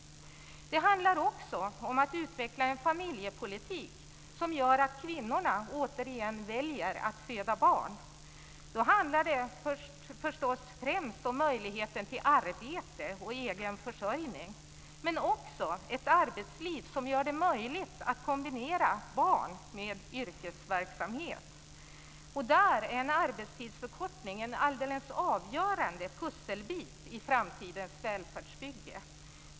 Det handlar också om att utveckla en familjepolitik som gör att kvinnorna återigen väljer att föda barn. Då handlar det förstås främst om möjligheten till arbete och egen försörjning men också om ett arbetsliv som gör det möjligt att kombinera barn med yrkesverksamhet. Därvidlag är en arbetstidsförkortning en alldeles avgörande pusselbit i framtidens välfärdsbygge.